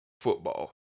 football